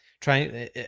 trying